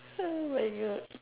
oh my god